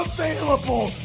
Available